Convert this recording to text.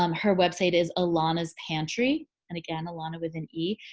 um her website is elana's pantry and again elana with an e.